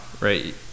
right